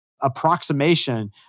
approximation